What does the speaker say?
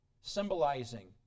symbolizing